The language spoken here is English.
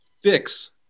fix